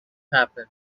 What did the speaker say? happen